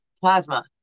Plasma